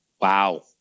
Wow